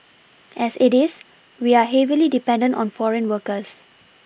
as it is we are heavily dependent on foreign workers